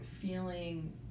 feeling